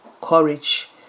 courage